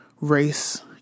race